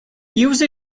use